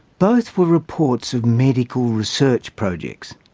both were reports of medical research projects.